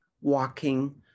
walking